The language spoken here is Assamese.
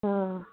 অঁ